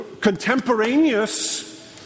Contemporaneous